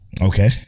Okay